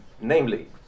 Namely